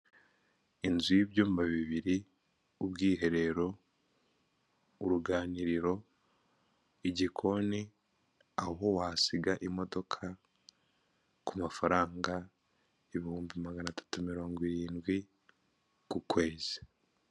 Inzu y'ibyumba bibiri, ubwiherero, uruganiriro, igikoni, aho wasiga imodoka, ku mafaranga ibihumbi magana atatu na mirongo irindwi ku kwezi.